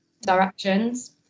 directions